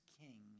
king